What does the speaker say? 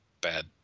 bad